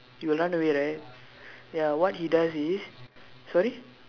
you will run away right ya what he does is sorry